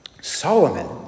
Solomon